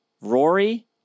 Rory